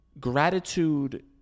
Gratitude